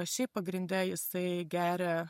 šiaip pagrinde jisai geria